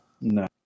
No